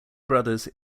brothers